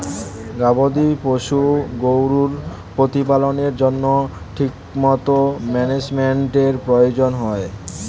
গবাদি পশু গরুর প্রতিপালনের জন্য ঠিকমতো ম্যানেজমেন্টের প্রয়োজন হয়